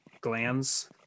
glands